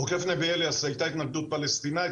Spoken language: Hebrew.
עוקף א-נבי אליאס הייתה התנגדות פלסטינאית,